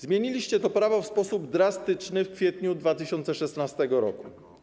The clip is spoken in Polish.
Zmieniliście to prawo w sposób drastyczny w kwietniu 2016 r.